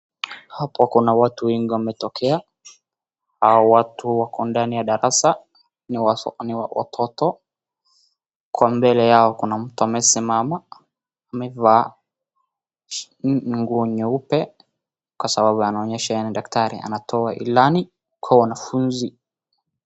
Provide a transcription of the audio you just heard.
Hapo kuna watu wengi wametokea. Hao watu wako ndani ya darasa ni watoto. Uko mbele yao kuna mtu amesimama amevaa nguo nyeupe kwa sababu anaonyesha yeye ni daktari anatoa ilani kwa wanafunzi.